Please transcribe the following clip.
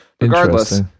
Regardless